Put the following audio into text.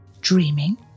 dreaming